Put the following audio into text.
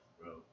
bro